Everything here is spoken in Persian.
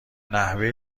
نحوه